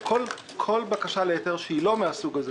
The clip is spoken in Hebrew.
כל בקשה להיתר שהיא לא מהסוג הזה,